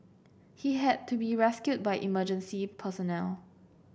he had to be rescued by emergency personnel